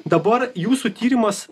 dabar jūsų tyrimas